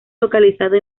localizado